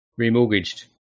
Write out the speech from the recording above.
remortgaged